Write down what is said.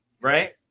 Right